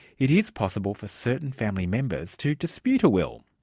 it is possible for certain family members to dispute a will.